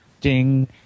Ding